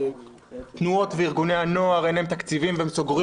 תנועות וארגוני הנוער אין להם תקציבים והם סוגרים